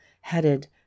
headed